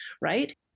Right